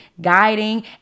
guiding